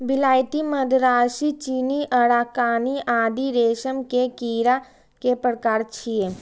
विलायती, मदरासी, चीनी, अराकानी आदि रेशम के कीड़ा के प्रकार छियै